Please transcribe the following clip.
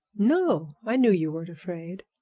no i knew you weren't afraid.